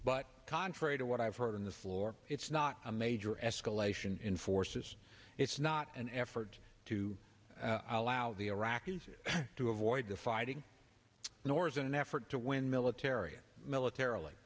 but contrary to what i've heard on the floor it's not a major escalation in forces it's not an effort to allow the iraqis to avoid the fighting nor is an effort to win military militarily